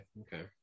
Okay